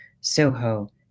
Soho